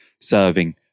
serving